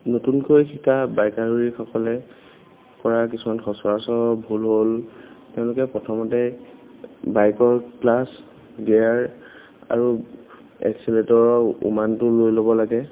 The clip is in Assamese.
নতুনকৈ শিকা বাইক আৰোহীসকলে কৰা কিছুমান সচৰাচৰ ভুল হ'ল তেওঁলোকে প্ৰথমতে বাইকৰ ক্লাছ গেয়াৰ আৰু একচেলেটৰৰ উমানটো লৈ ল'ব লাগে